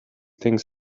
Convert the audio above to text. things